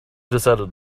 decided